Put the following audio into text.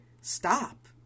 Stop